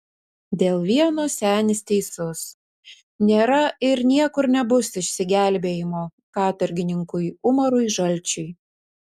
dėl vieno senis teisus nėra ir niekur nebus išsigelbėjimo katorgininkui umarui žalčiui